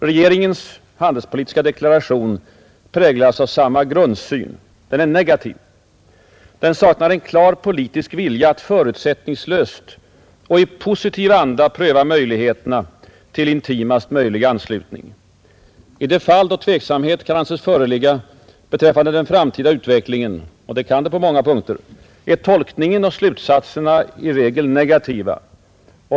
Regeringens handelspolitiska deklaration präglas av samma grundsyn. Den är negativ. Den saknar en klar politisk vilja att förutsättningslöst och i positiv anda pröva möjligheterna till intimast möjliga anslutning. I de fall då tveksamhet kan anses föreligga beträffande den framtida utvecklingen — och det kan det på många punkter — är tolkningen och slutsatserna i regel negativa.